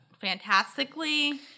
fantastically